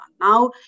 Now